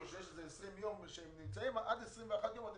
מעבר לזה